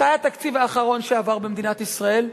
מתי עבר התקציב האחרון במדינת ישראל?